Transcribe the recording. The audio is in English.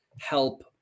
help